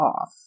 off